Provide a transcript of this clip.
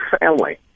family